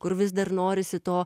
kur vis dar norisi to